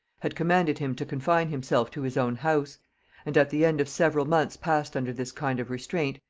had commanded him to confine himself to his own house and at the end of several months passed under this kind of restraint,